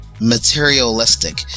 materialistic